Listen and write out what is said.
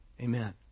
Amen